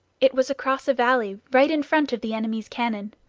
it was across a valley right in front of the enemy's cannon.